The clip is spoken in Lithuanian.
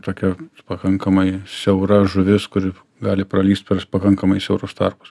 tokia pakankamai siaura žuvis kuri gali pralįst pers pakankamai siaurus tarpus